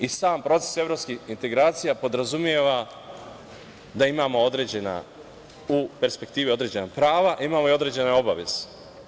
I sam proces evropskih integracija podrazumeva da imamo u perspektivi određena prava, imamo i određene obaveze.